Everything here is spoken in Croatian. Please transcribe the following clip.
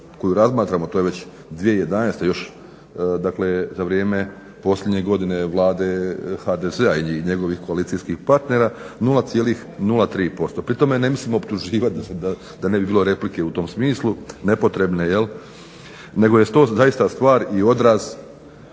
koju razmatramo to je već 2011. još dakle za vrijeme posljednje godine vlade HDZ-a i njegovih koalicijskih partnera 0,03%. Pri tome ne mislim optuživati da ne bi bilo replike u tom smislu nepotrebne, nego je to zaista stvar i odraz